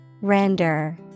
Render